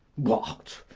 what,